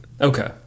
Okay